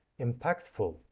Impactful